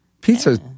Pizza